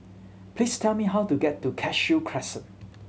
please tell me how to get to Cashew Crescent